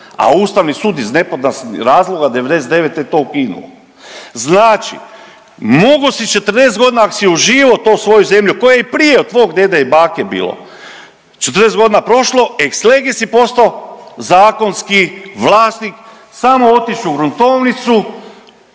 a Ustavni sud iz nepoznatih razloga '99. je to ukinuo. Znači mogao si 40 godina ako si uživao tu svoju zemlju koju je i prije od tvog dede i bake bilo, 40 godina prošlo ex lege si postao zakonski vlasnik, samo otišao u gruntovnicu,